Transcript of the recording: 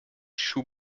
shoe